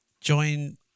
join